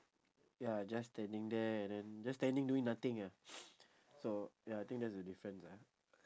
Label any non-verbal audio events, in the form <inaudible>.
ya just standing there and then just standing doing nothing ah <noise> so ya I think that's the difference ah